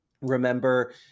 remember